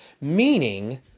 meaning